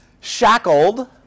shackled